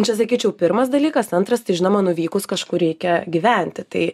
čia sakyčiau pirmas dalykas antras tai žinoma nuvykus kažkur reikia gyventi tai